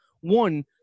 one